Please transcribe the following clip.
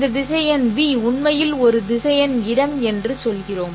இந்த திசையன் ́v உண்மையில் ஒரு திசையன் இடம் என்று சொல்கிறோம்